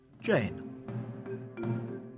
Jane